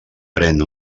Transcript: pren